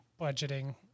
budgeting